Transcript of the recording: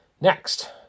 Next